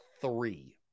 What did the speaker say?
three